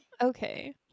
Okay